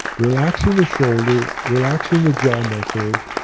relaxing the shoulder, relaxing the jaw muscles,